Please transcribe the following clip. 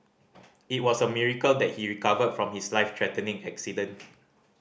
it was a miracle that he recovered from his life threatening accident